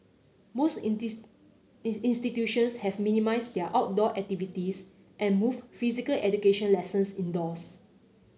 most institutions have minimised their outdoor activities and moved physical education lessons indoors